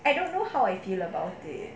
I don't know how I feel about it